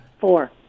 Four